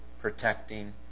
protecting